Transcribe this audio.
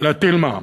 להטיל מע"מ,